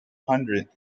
hundred